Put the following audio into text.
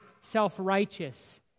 self-righteous